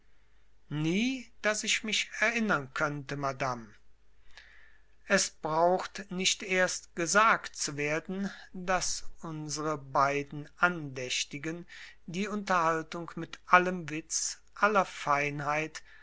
nie daß ich mich erinnern könnte madame es braucht nicht erst gesagt zu werden daß unsre beiden andächtigen die unterhaltung mit allem witz aller feinheit